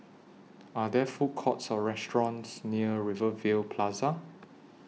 Are There Food Courts Or restaurants near Rivervale Plaza